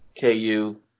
KU